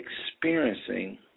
experiencing